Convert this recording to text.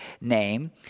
name